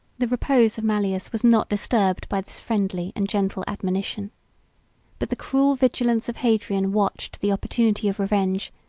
the repose of mallius was not disturbed by this friendly and gentle admonition but the cruel vigilance of hadrian watched the opportunity of revenge,